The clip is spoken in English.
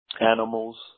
animals